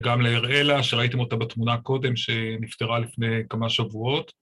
גם להראלה, שראיתם אותה בתמונה קודם, שנפטרה לפני כמה שבועות.